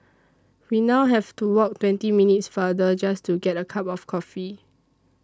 we now have to walk twenty minutes farther just to get a cup of coffee